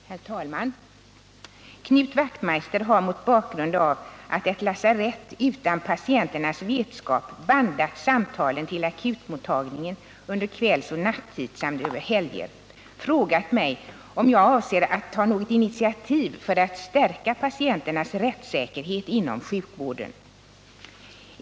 Herr talman! Knut Wachtmeister har mot bakgrund av att ett lasarett utan patienternas vetskap bandat samtalen till akutmottagningen under kvällsoch nattid samt över helger frågat mig om jag avser att ta något initiativ för att stärka patienternas rättssäkerhet inom sjukvården.